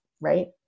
right